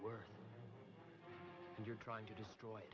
where you're trying to destroy